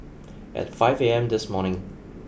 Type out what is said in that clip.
at five A M this morning